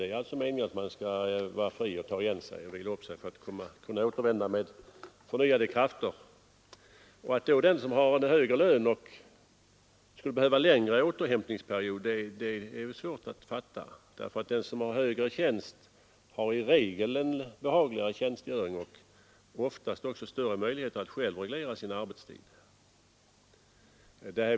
Det är alltså meningen att man skall vara fri och ta igen sig, vila upp sig, för att kunna återvända till arbetet med förnyade krafter. Att då den som har högre lön skulle behöva längre återhämtningsperiod är svårt att fatta. Den som har högre tjänst har i regel behagligare tjänstgöring och oftast också större möjligheter att själv reglera sin arbetstid.